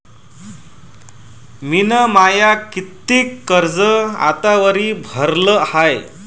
मिन माय कितीक कर्ज आतावरी भरलं हाय?